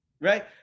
right